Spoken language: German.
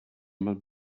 man